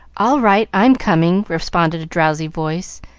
all right, i'm coming, responded a drowsy voice,